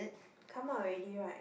come out already right